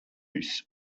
use